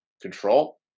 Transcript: control